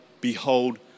behold